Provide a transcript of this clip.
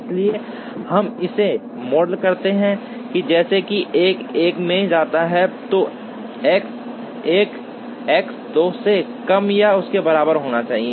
इसलिए हम इसे मॉडल करते हैं जैसे कि 1 1 में जाता है तो X 1 X 2 से कम या उसके बराबर होना चाहिए